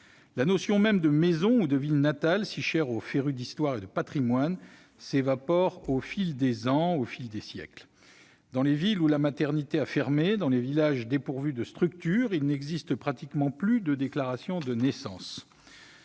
La notion même de maison ou de ville natale, si chère aux férus d'histoire et de patrimoine, s'évapore au fil des ans, des siècles. Dans les villes où la maternité a fermé, dans les villages dépourvus de structures, il n'existe pratiquement plus de déclaration de naissance.